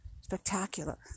spectacular